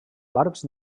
barbs